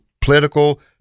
political